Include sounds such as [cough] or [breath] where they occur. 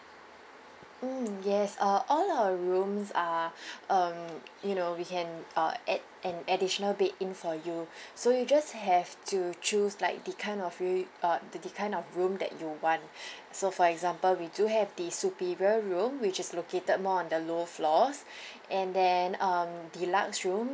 mm yes uh all our rooms are [breath] um you know we can uh add an additional bed in for you [breath] so you just have to choose like the kind of roo~ uh the kind of room that you want [breath] so for example we do have the superior room which is located more on the lower floors [breath] and then um deluxe room